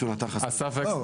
רגע,